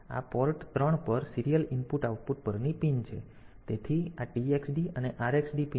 તેથી આ પોર્ટ 3 પર સીરીયલ I O પરની પિન છે તેથી આ TXD અને RXD પિન છે